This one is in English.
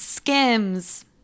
Skims